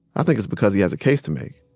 i think it's because he has a case to make.